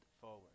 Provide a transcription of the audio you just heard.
forward